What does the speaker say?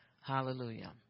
Hallelujah